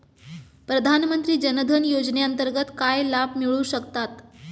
प्रधानमंत्री जनधन योजनेअंतर्गत काय लाभ मिळू शकतात?